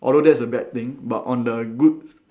although that's a bad thing but on the good